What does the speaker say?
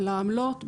על העמלות,